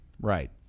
Right